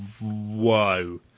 whoa